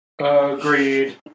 Agreed